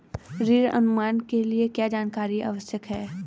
ऋण अनुमान के लिए क्या जानकारी आवश्यक है?